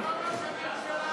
למה ראש הממשלה יוצא?